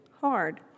hard